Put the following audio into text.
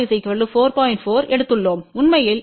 4 எடுத்துள்ளோம் உண்மையில் Er4 முதல் 4